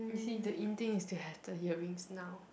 see the in thing is to have the earrings now